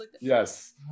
Yes